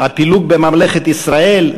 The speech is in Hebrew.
הפילוג בממלכת ישראל,